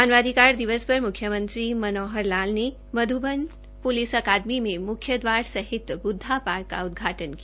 मानवाधिकार दिवस पर मुख्यमंत्री मनोहर लाल ने मध्बन प्लिस अकादमी में मुख्य द्वार सहित बुद्वा पार्क का उदघाटन किया